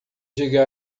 diga